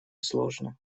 сложно